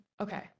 Okay